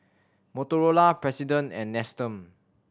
Motorola President and Nestum